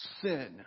sin